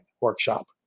Workshop